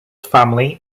family